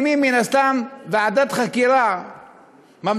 היו מקימים מן הסתם ועדת חקירה ממלכתית,